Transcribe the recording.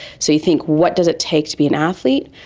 so you think what does it take to be an athlete?